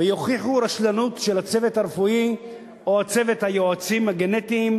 ויוכיחו רשלנות של הצוות הרפואי או צוות היועצים הגנטיים,